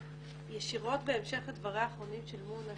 ישירות בהמשך לדבריה האחרונים של מונא